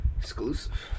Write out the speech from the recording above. Exclusive